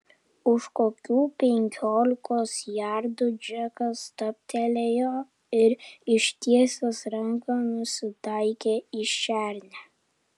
už kokių penkiolikos jardų džekas stabtelėjo ir ištiesęs ranką nusitaikė į šernę